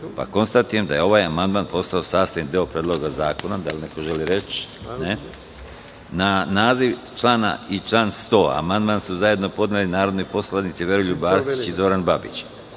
pa konstatujem da je ovaj amandman postao sastavni deo Predloga zakona. Da li neko želi reč? (Ne)Na naziv člana i član 100. amandman su zajedno podneli narodni poslanici Veroljub Arsić i Zoran Babić. Vlada